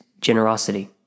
generosity